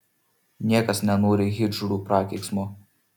niekas nenori hidžrų prakeiksmo